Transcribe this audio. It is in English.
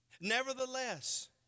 Nevertheless